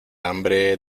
hambre